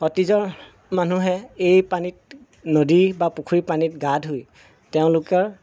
অতীজৰ মানুহে এই পানীত নদী বা পুখুৰীৰ পানীত গা ধুই তেওঁলোকৰ